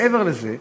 מעבר לזה,